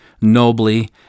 nobly